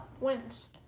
wins